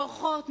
פורחות,